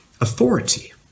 authority